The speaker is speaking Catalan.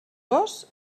gos